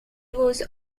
was